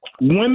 Women